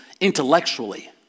intellectually